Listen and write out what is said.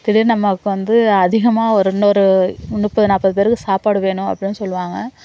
திடீர்னு நமக்கு வந்து அதிகமாக ஒரு இன்னொரு முப்பது நாற்பது பேருக்கு சாப்பாடு வேணும் அப்படினு சொல்லுவாங்கள்